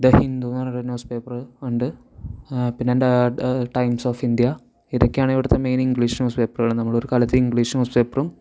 the Hindu എന്നുപറഞ്ഞിട്ടൊരു news paper ഉണ്ട് പിന്നെ അതിൻ്റെ ടൈംസ് ഓഫ് ഇന്ത്യ ഇതൊക്കെയാണ് ഇവിടുത്തെ മെയിൻ ഇംഗ്ലീഷ് ന്യൂസ് പേപ്പറുകൾ നമ്മളൊരു കാലത്ത് ഇംഗ്ലീഷ് ന്യൂസ് പേപ്പറും